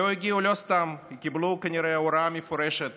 לא סתם לא הגיעו, כי קיבלו כנראה הוראה מפורשת